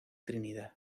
trinidad